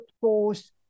force